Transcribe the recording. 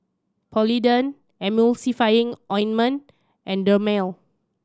Polident Emulsying Ointment and Dermale